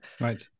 Right